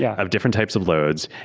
yeah of different types of loads,